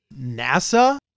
NASA